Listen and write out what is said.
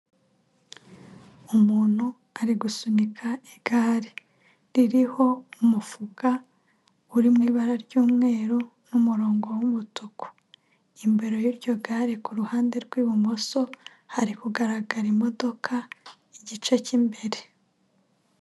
Umuntu ari gusunika igare, ririho umufuka uri mu ibara ry'umweru n'umurongo w'umutuku, imbere y'iryo gare kuruhande rw'ibumoso hari kugaragara imodoka igice cy'imbere.